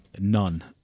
None